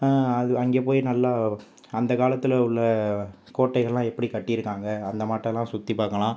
அது அங்கே போய் நல்லா அந்த காலத்தில் உள்ள கோட்டைகள்லாம் எப்படி கட்டிருக்காங்க அந்தமாட்டலாம் சுற்றிப் பார்க்கலாம்